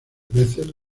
veces